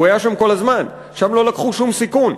הוא היה שם כל הזמן, שם לא לקחו שום סיכון.